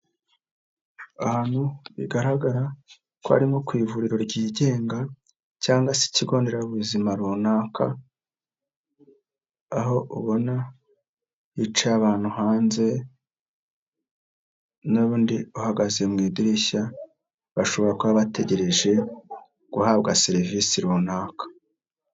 Ahantu bigaragara ko arimo ku ivuriro ryigenga cyangwa se ikigo nderabuzima runaka, aho ubona hicaye abantu hanze n'undi uhagaze mu idirishya, bashobora kuba bategereje guhabwa serivisi runaka.